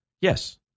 Yes